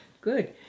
Good